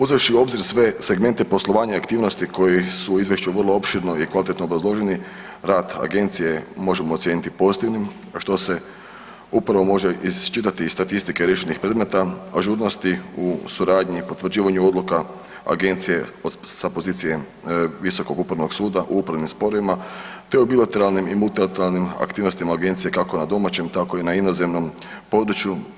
Uzevši u obzir sve segmente poslovanja i aktivnosti koji su u izvješću vrlo opširno i kvalitetno obrazloženi, rad agencije možemo ocijeniti pozitivnim, a što se upravo može iščitati iz statistike riješenih predmeta ažurnosti u suradnji i potvrđivanju odluka agencije sa pozicije visokog upravnog suda u upravnim sporovima, te u bilateralnim i multilateralnim aktivnostima agencije kako na domaćem tako i na inozemnom području.